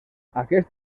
aquest